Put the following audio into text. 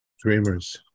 Dreamers